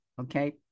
okay